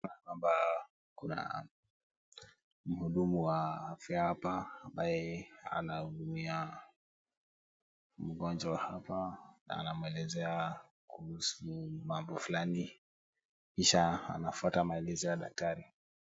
Hapa kuna mhudumu wa afya hapa ambaye anahudumia mgonjwa hapa. Anamwelezea kuhusu mambo fulani, kisha anafuata maagiza ya daktari.